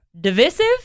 divisive